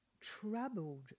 troubled